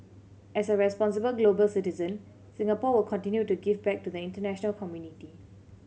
as a responsible global citizen Singapore will continue to give back to the international community